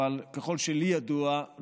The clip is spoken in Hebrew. אבל ככל שלי ידוע,